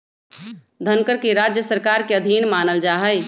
धनकर के राज्य सरकार के अधीन मानल जा हई